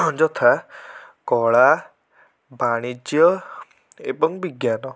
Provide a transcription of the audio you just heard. ଯଥା କଳା ବାଣିଜ୍ୟ ଏବଂ ବିଜ୍ଞାନ